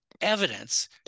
evidence